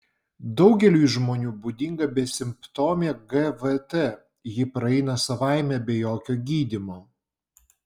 daugeliui žmonių būdinga besimptomė gvt ji praeina savaime be jokio gydymo